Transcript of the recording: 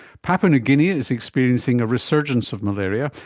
papua new guinea is experiencing a resurgence of malaria,